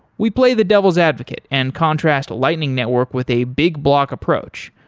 we play the devil's advocate and contrast lightning network with a big block approach,